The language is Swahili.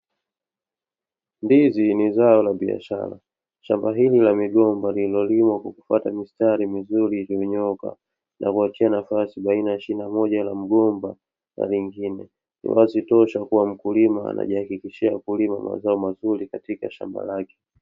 Ndizi ni zao la biashara. Shamba hili la migomba lililolimwa kwa kufwata mistari mizuri iliyonyooka na kuachia nafasi baina ya shina moja la mgomba na lingine, mkulima anajihakikishia kulima mazao mazuri katika shamba lake.